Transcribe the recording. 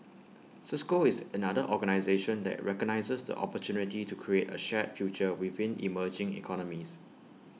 cisco is another organisation that recognises the opportunity to create A shared future within emerging economies